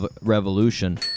revolution